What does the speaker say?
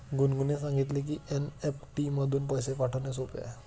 गुनगुनने सांगितले की एन.ई.एफ.टी मधून पैसे पाठवणे सोपे आहे